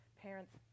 parents